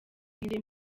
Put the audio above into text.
yinjiye